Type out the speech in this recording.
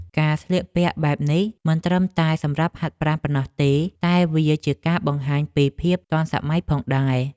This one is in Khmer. ការស្លៀកពាក់បែបនេះមិនត្រឹមតែសម្រាប់ហាត់ប្រាណប៉ុណ្ណោះទេ តែវាជាការបង្ហាញពីភាពទាន់សម័យផងដែរ។